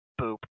Boop